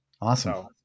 awesome